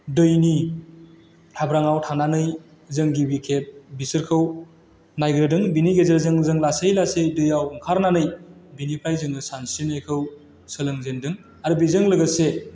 दैनि हाब्राङाव थानानै जों गिबि खेब बिसोरखौ नायग्रोदों बिनि गेजेरजों जों लासै लासै दैयाव ओंखारनानै बिनिफ्राय जोङो सानस्रिनायखौ सोलोंजेन्दों आरो बेजों लोगोसे